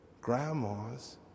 grandma's